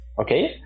Okay